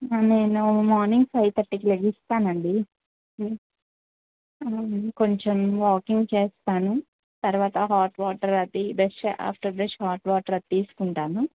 నేను morning five థర్టీకిలెగుస్తానండి కొంచెం వాకింగ్ చేస్తాను తర్వాత హాట్ వాటర్ అది brush after brush hot water అది తీసుకుంటాను